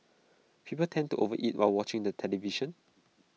people tend to overeat while watching the television